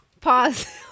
pause